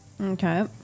Okay